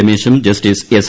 രമേഷും justice S